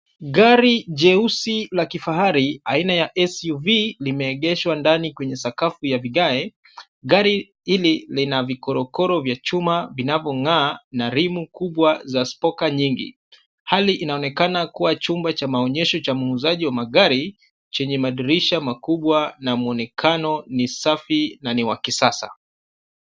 Gari jeusi la kifahari aina ya SUV limeegeshwa ndani kwenye sakafu ya vigae, gari hili lina vikorokoro vya chuma vinavyoung'aa na rimu kubwa za spoka nyingi. Hali inaonekana kuwa chumba cha mwonyesho cha muhuzaji wa magari, chenye madirisha makubwa na mwonekano ni safi na wa kisasa